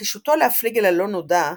נחישותו להפליג אל הלא-נודע,